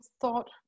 thought